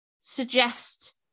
suggest